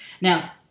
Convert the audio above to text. Now